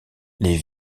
les